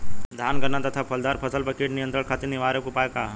धान गन्ना तथा फलदार फसल पर कीट नियंत्रण खातीर निवारण उपाय का ह?